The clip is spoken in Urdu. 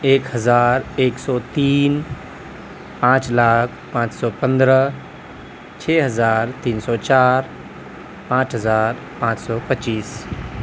ایک ہزار ایک سو تین پانچ لاکھ پانچ سو پندرہ چھ ہزار تین سو چار پانچ ہزار پانچ سو پچیس